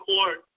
Court